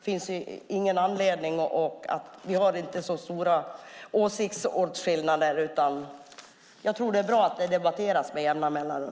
Våra åsikter skiljer sig inte så mycket. Jag tror att det är bra att det debatteras med jämna mellanrum.